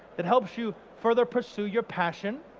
it helps you further pursue your passion,